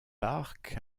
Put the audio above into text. park